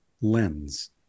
lens